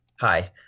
Hi